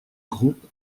groupe